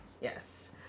Yes